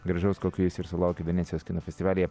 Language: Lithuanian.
gražaus kokio jis ir sulaukė venecijos kino festivalyje